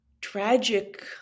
tragic